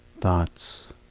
thoughts